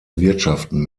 wirtschaften